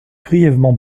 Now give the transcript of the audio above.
grièvement